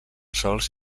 sols